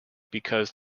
because